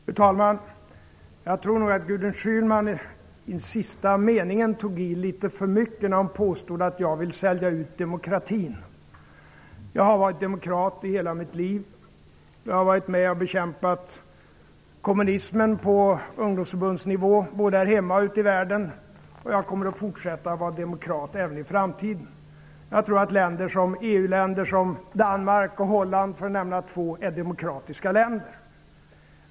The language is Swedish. Fru talman! Jag tror nog att Gudrun Schyman tog i litet för mycket i den sista meningen där hon påstod att jag vill sälja ut demokratin. Jag har varit demokrat i hela mitt liv. Jag har varit med och bekämpat kommunismen på ungdomsförbundsnivå både här hemma och ute i världen. Jag kommer att fortsätta att vara demokrat även i framtiden. Jag tror att EU-länder som Danmark och Holland, för att nämna två, är demokratiska länder.